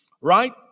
right